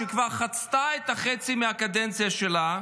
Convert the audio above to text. שכבר חצתה חצי מהקדנציה שלה,